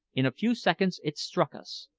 in a few seconds it struck us.